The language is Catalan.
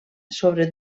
sobre